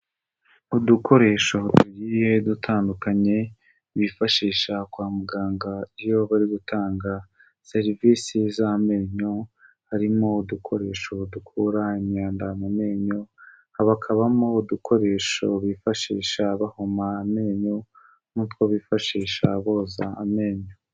Udukoresho tugiye dutandukanye bifashisha kwa muganga iyo bari gutanga serivisi z'amenyo, harimo udukoresho dukura imyanda mu menyo, hakabamo udukoresho bifashisha bahoma amenyo n'utwo bifashisha boza amenyo.